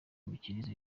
imikirize